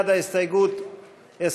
בעד ההסתייגות,